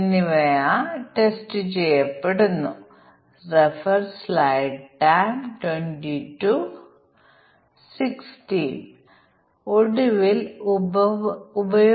അതിനാൽ ഇൻപുട്ട് മൂല്യങ്ങളുടെ ഈ പട്ടിക ഞങ്ങൾ പുന ക്രമീകരിക്കുന്നു അതായത് ഇടതുവശത്തെ ഏറ്റവും നിരയിലെ ഏറ്റവും കൂടുതൽ മൂല്യങ്ങൾ അത് എടുക്കുന്നു